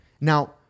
Now